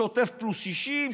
שוטף פלוס 60,